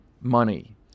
money